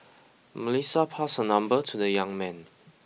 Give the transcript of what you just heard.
Melissa passed her number to the young man